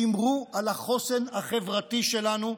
שמרו על החוסן החברתי שלנו.